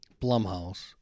Blumhouse